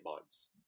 months